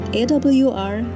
awr